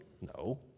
No